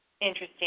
interesting